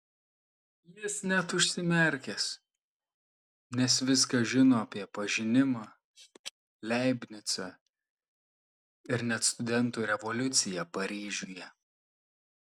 jis net užsimerkęs nes viską žino apie pažinimą leibnicą ir net studentų revoliuciją paryžiuje